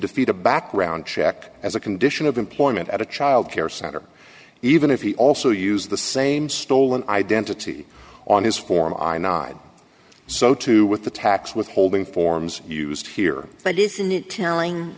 defeat a background check as a condition of employment at a childcare center even if he also used the same stolen identity on his former i nine so too with the tax withholding forms used here but isn't it telling